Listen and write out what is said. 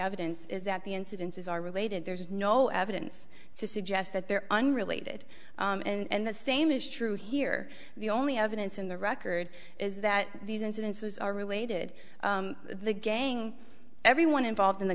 evidence is that the incidences are related there's no evidence to suggest that they're unrelated and the same is true here the only evidence in the record is that these incidences are related to the gang everyone involved in the